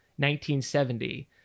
1970